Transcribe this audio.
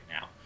now